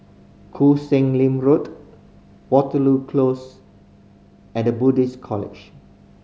Koh Sek Lim Road Waterloo Close and The Buddhist College